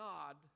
God